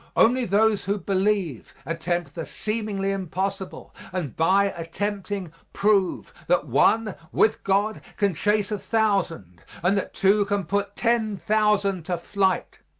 only those who believe attempt the seemingly impossible, and, by attempting, prove that one, with god, can chase a thousand and that two can put ten thousand to flight.